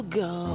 go